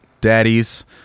daddies